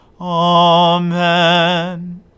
Amen